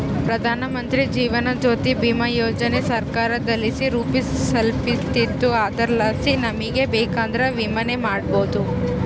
ಪ್ರಧಾನಮಂತ್ರಿ ಜೀವನ ಜ್ಯೋತಿ ಭೀಮಾ ಯೋಜನೆ ಸರ್ಕಾರದಲಾಸಿ ರೂಪಿಸಲ್ಪಟ್ಟಿದ್ದು ಅದರಲಾಸಿ ನಮಿಗೆ ಬೇಕಂದ್ರ ವಿಮೆನ ಮಾಡಬೋದು